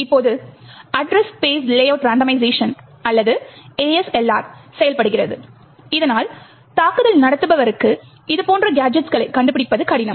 இப்போது address space layout randomization அல்லது ASLR செயல்படுகிறது இதனால் தாக்குதல் நடத்துபவருக்கு இதுபோன்ற கேஜெட் களைக் கண்டுபிடிப்பது கடினம்